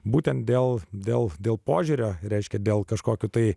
būtent dėl dėl dėl požiūrio reiškia dėl kažkokių tai